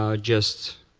um just